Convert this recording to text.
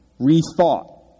rethought